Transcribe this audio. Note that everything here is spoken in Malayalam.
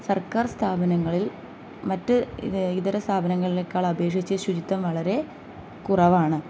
സർക്കാർ സ്ഥാപനങ്ങളിൽ മറ്റ് ഇതര സ്ഥാപനങ്ങളേക്കാൾ അപേക്ഷിച്ച് ശുചിത്വം വളരെ കുറവാണ്